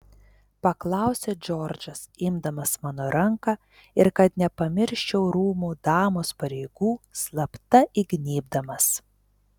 paklausė džordžas imdamas mano ranką ir kad nepamirščiau rūmų damos pareigų slapta įgnybdamas